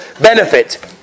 benefit